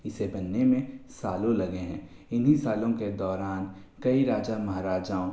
इसे बनने में सालों लगे हैं इन्ही सालों के दौरान कई राजा महाराजाओं